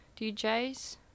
DJs